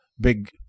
big